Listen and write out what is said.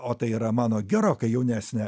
o tai yra mano gerokai jaunesnė